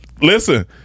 Listen